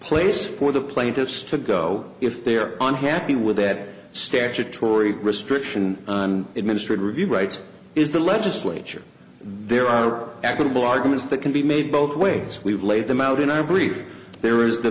place for the plaintiffs to go if they're unhappy with that statutory restriction on administrative review rights is the legislature there are equitable arguments that can be made both ways we've laid them out in our brief there is the